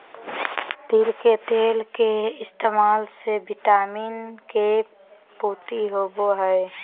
तिल के तेल के इस्तेमाल से विटामिन के पूर्ति होवो हय